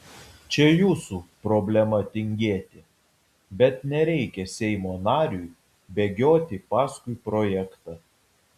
čia jūsų problema tingėti bet nereikia seimo nariui bėgioti paskui projektą